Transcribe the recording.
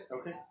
Okay